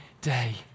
day